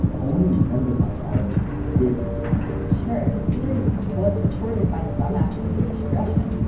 only intensified adams' conspiracy theory sure, his theory was supported by some acts of british aggression.